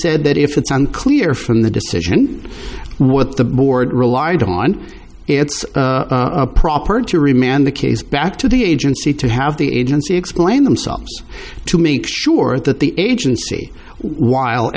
said that if it's unclear from the decision what the board relied on it's proper to remand the case back to the agency to have the agency explain themselves to make sure that the agency while